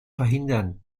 verhindern